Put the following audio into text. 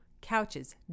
Couches